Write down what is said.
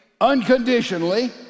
unconditionally